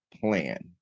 plan